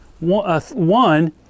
One